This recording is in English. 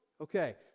Okay